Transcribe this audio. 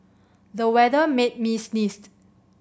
the weather made me sneeze